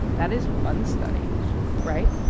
that is one study right?